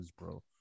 bro